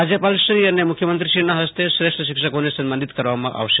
રાજ્યપાલશ્રી અને મુખ્યમંત્રીશ્રીના ફસ્તે શ્રેષ્ઠ શિક્ષકોને સન્માનિત કરવામાં આવશે